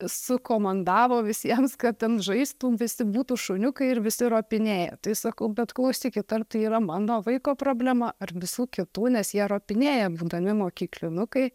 sukomandavo visiems kad ten žaistų visi būtų šuniukai ir visi ropinėja tai sakau bet klausykit ar tai yra mano vaiko problema ar visų kitų nes jie ropinėja būdami mokyklinukai